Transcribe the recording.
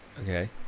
Okay